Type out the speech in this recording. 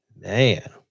Man